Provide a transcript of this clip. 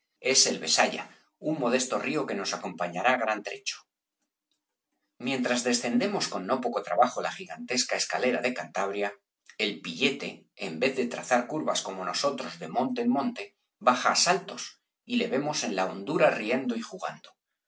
es el besaya un modesto río que nos acompañará gran trecho mientras descendemos con no poco trabajo la gigantesca escalera de cantabria el píllete en vez de trazar curvas como nosotros de monte en monte baja á saltos y le vemos en la hondura riendo y jugando